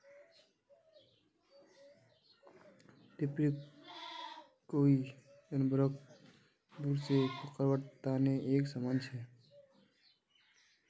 trapping कोई जानवरक दूर से पकड़वार तने एक समान छे